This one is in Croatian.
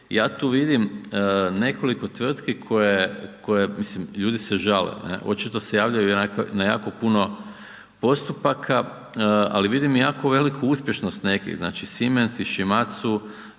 ja tu vidim nekoliko tvrtki koje, mislim, ljudi se žale, ne, očito se javljaju na jako postupaka ali vidim jako veliku uspješnost nekih, znači Siemens, Shimatzu